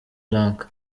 lanka